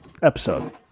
Episode